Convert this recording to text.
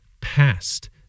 past